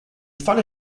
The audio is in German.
falle